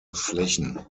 flächen